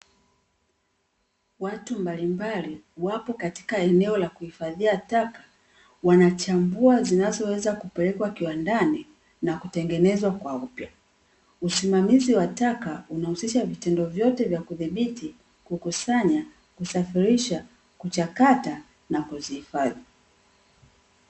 Watu mbalimbali wapo katika eneo la kuhifadhia taka, wanachambua zinazoweza kupelekwa kiwandani, na kutengenezwa kwa upya. Usimamizi wa taka unahusisha vitendo vyote vya kudhibiti, kukusanya, kusafirisha, kuchakata na kuzihifadhi.